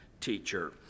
teacher